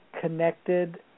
connected